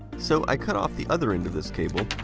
so, i cut off the other end of this cable.